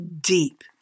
deep